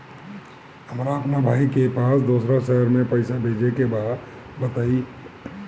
हमरा अपना भाई के पास दोसरा शहर में पइसा भेजे के बा बताई?